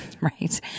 right